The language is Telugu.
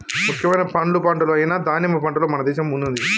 ముఖ్యమైన పండ్ల పంటలు అయిన దానిమ్మ పంటలో మన దేశం ముందుంది